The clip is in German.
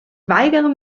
weigere